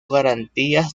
garantías